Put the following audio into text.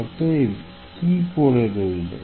অতএব কি পড়ে রইল